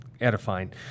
edifying